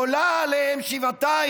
עולה עליה שבעתיים.